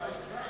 בבקשה,